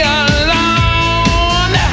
alone